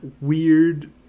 weird